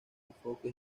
enfoque